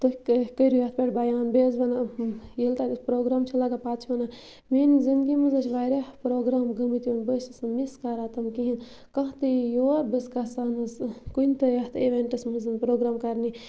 تُہۍ کٔہ کرِو یتھ پٮ۪ٹھ بیان بیٚیہِ حظ وَنان ییٚلہِ تَتٮ۪تھ پرٛوگرام چھِ لَگان پَتہٕ چھِ وَنان میٛانہِ زندگی منٛز حظ چھِ واریاہ پرٛوگرام گٔمٕتۍ بہٕ حظ چھس نہٕ مِس کَران تِم کِہیٖنۍ کانٛہہ تہِ یی یور بہٕ چھس گژھان حظ کُنہِ تہِ یَتھ اِونٛٹَس منٛز پروگرام کَرنہِ